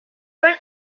run